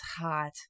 hot